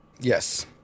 Yes